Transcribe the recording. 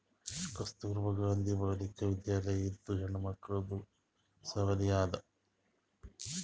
ಕಸ್ತೂರ್ಬಾ ಗಾಂಧಿ ಬಾಲಿಕಾ ವಿದ್ಯಾಲಯ ಇದು ಹೆಣ್ಮಕ್ಕಳದು ಸಾಲಿ ಅದಾ